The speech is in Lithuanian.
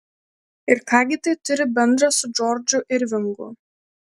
ir ką gi tai turi bendra su džordžu irvingu